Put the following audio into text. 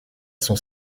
son